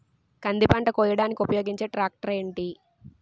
కంది పంట కోయడానికి ఉపయోగించే ట్రాక్టర్ ఏంటి?